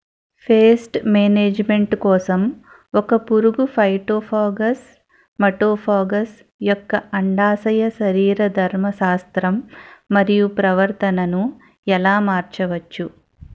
Paste management కోసం ఒక పురుగు ఫైటోఫాగస్హె మటోఫాగస్ యెక్క అండాశయ శరీరధర్మ శాస్త్రం మరియు ప్రవర్తనను ఎలా మార్చచ్చు?